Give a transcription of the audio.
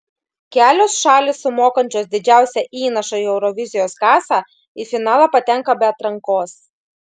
kelios šalys sumokančios didžiausią įnašą į eurovizijos kasą į finalą patenka be atrankos